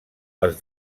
els